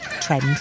trend